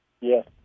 Yes